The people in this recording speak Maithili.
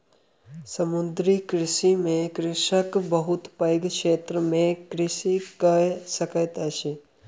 समुद्रीय कृषि में कृषक बहुत पैघ क्षेत्र में कृषि कय सकैत अछि